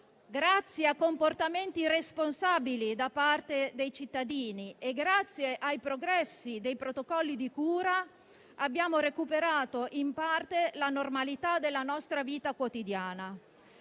grazie a comportamenti responsabili da parte dei cittadini e grazie ai progressi dei protocolli di cura abbiamo recuperato in parte la normalità della nostra vita quotidiana.